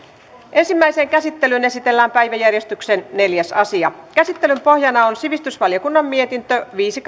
ensimmäiseen käsittelyyn esitellään päiväjärjestyksen neljäs asia käsittelyn pohjana on sivistysvaliokunnan mietintö viisi